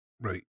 Right